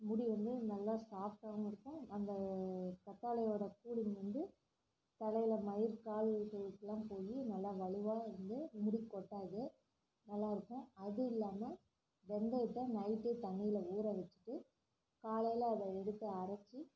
முடி வந்து நல்லா சாஃப்ட்டாகும் இருக்கும் அந்த கத்தாழையோட கூலிங் வந்து தலையில் மயிர்க்கால்களுக்குலாம் போய் நல்லா வலுவாக வந்து முடி கொட்டாது நல்லா இருக்கும் அது இல்லாமல் வெந்தயத்தை நைட்டு தண்ணில ஊற வச்சிட்டு காலையில் அதை எடுத்து அரைச்சி